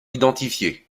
identifié